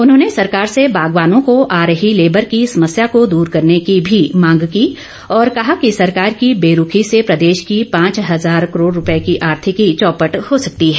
उन्होंने सरकार से बागवानों को आ रही लेबर की समस्या को दूर करने की भी मांग की और कहा कि सरकार की बेरूखी से प्रदेश की पांच हजार करोड़ रूपए की आर्थिकी चौपटे हो सकती है